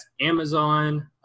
Amazon